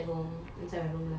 oh